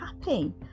happy